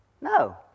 No